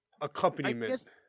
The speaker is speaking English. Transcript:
accompaniment